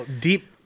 deep